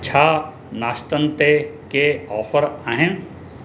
छा नाश्तनि ते के ऑफर आहिनि